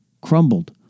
crumbled